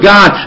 God